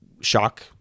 shock